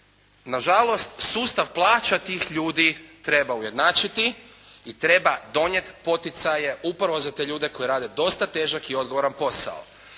Na žalost sustav plaća tih ljudi treba ujednačiti i treba donijeti poticaje upravo za te ljude koji rade dosta težak i odgovoran posao.